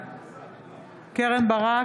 בעד קרן ברק,